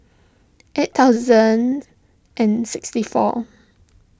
eight thousand and sixty four